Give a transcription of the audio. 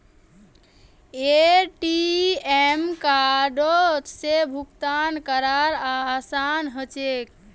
ATM कार्डओत से भुगतान करवार आसान ह छेक